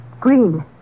Green